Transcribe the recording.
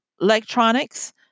electronics